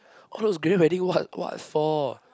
clothes getting wedding what what for